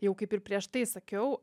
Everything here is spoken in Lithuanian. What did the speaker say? jau kaip ir prieš tai sakiau